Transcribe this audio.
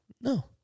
No